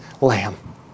Lamb